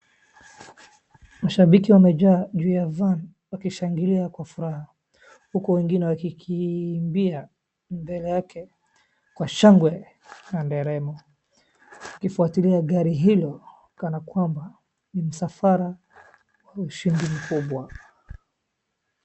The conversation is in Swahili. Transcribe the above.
Mashabiki wamejaa juu ya van wakishangilia kwa furaha huku wengine wakikimbia mbele yake kwa shangwe na nderemo, wakifuatilia gari hilo kana kwamba ni msafara wa ushindi mkubwa.